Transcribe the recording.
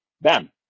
Bam